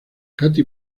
katy